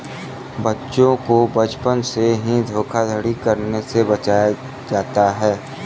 बच्चों को बचपन से ही धोखाधड़ी करने से बचाया जाता है